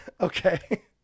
Okay